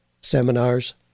seminars